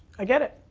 i get it.